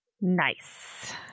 Nice